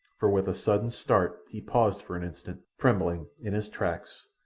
for with a sudden start he paused for an instant, trembling, in his tracks,